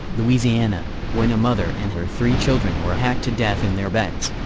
louisiana, when a mother and her three children were hacked to death in their beds.